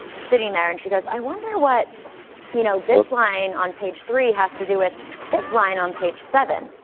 sitting there, and she goes, i wonder what you know this line on page three has to do with this line on page seven,